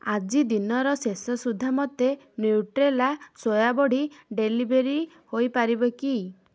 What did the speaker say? ଆଜି ଦିନର ଶେଷ ସୁଦ୍ଧା ମୋତେ ନ୍ୟୁଟ୍ରେଲା ସୋୟା ବଡ଼ି ଡେଲିଭେରି ହୋଇପାରିବେ କି